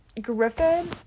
Griffin